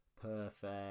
perfect